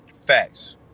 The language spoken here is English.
Facts